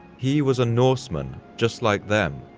he was a norseman just like them,